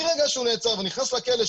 מהרגע שהוא נעצר עד שהוא נכנס לכלא,